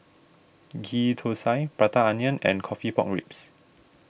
Ghee Thosai Prata Onion and Coffee Pork Ribs